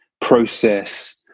process